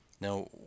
Now